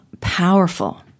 powerful